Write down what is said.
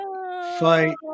fight